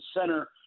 center